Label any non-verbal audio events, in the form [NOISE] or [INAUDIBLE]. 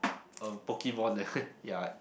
a Pokemon leh [NOISE] ya